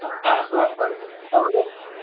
हा स्वागत तव्हांजो